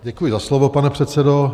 Děkuji za slovo, pane předsedo.